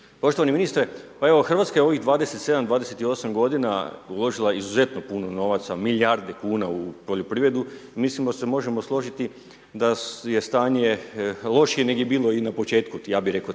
poštovani ministre. Pa evo Hrvatska je ovih 27, 28 godina uložila izuzetno puno novaca, milijarde kuna u poljoprivredu, i mislim da se možemo složiti da je stanje lošije nego je bilo i na početku, ja bi rekao,